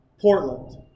Portland